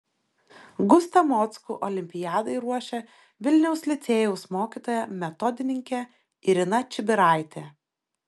gustą mockų olimpiadai ruošė vilniaus licėjaus mokytoja metodininkė irina čibiraitė